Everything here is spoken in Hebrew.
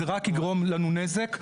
זה רק יגרום לנו נזק,